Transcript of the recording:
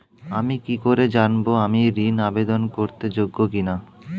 আমি কি করে জানব আমি ঋন আবেদন করতে যোগ্য কি না?